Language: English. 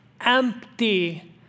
empty